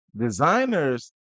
Designers